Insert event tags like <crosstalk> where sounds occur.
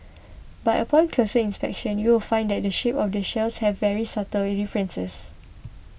but upon closer inspection you will find that the shape of the shells have very subtle <unintelligible> differences